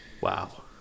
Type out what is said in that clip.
Wow